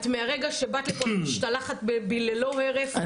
מהרגע שאת באת לפה את משתלחת בי ללא הרף,